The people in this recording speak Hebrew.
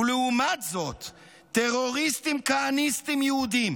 ולעומת זאת טרוריסטים כהניסטים יהודים